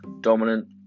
Dominant